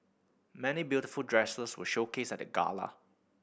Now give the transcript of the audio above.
many beautiful dresses were showcased at the gala